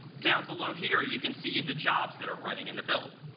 down below here, you can see the jobs that are running in the build.